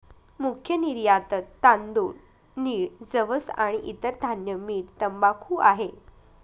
मुख्य निर्यातत तांदूळ, नीळ, जवस आणि इतर धान्य, मीठ, तंबाखू आहे